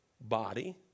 body